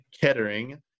Kettering